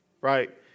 right